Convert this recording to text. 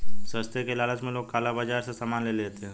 सस्ते के लालच में लोग काला बाजार से सामान ले लेते हैं